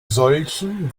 solchen